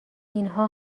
اینها